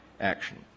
action